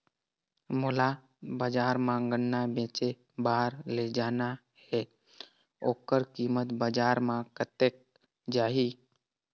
मोला बजार मां गन्ना बेचे बार ले जाना हे ओकर कीमत बजार मां कतेक जाही?